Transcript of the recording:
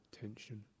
tension